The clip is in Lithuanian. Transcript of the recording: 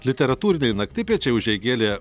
literatūriniai naktipiečiai užeigėlė